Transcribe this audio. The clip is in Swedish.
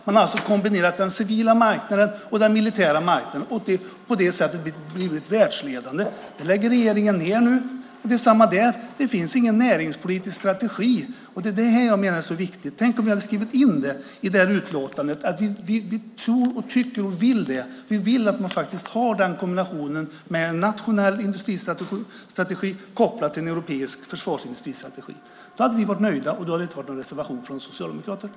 Man har alltså kombinerat den civila marknaden och den militära marknaden och på det sättet blivit världsledande. Det lägger regeringen nu ned. Det är samma där: Det finns ingen näringspolitisk strategi. Detta menar jag är så viktigt. Tänk om ni hade skrivit in i utlåtandet att ni tror, tycker och vill detta - att man har kombinationen med en nationell industristrategi kopplad till en europeisk försvarsindustristrategi. Då hade vi varit nöjda, och då hade det inte varit någon reservation från Socialdemokraterna.